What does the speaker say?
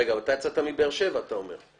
רגע, אבל אתה יצאת מבאר שבע, אתה אומר.